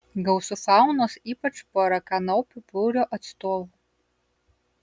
gausu faunos ypač porakanopių būrio atstovų